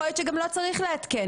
יכול להיות שגם לא צריך לעדכן.